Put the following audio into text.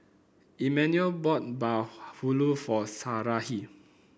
Emanuel bought bahulu for Sarahi